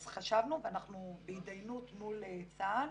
אז חשבנו, ואנחנו בהתדיינות מול צה"ל,